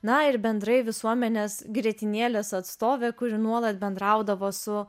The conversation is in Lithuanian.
na ir bendrai visuomenės grietinėlės atstovė kuri nuolat bendraudavo su